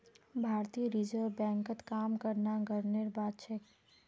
भारतीय रिजर्व बैंकत काम करना गर्वेर बात छेक